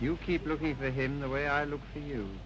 you keep looking for him the way i look to you